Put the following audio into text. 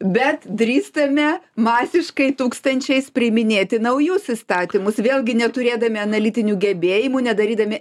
bet drįstame masiškai tūkstančiais priiminėti naujus įstatymus vėlgi neturėdami analitinių gebėjimų nedarydami